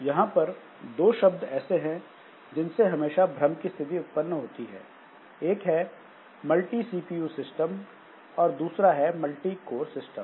यहां पर दो शब्द ऐसे हैं जिनसे हमेशा भ्रम की स्थिति उत्पन्न होती है एक है मल्टी सीपीयू सिस्टम और दूसरा है मल्टीकोर सिस्टम